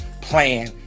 plan